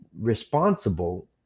responsible